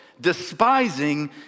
despising